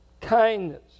kindness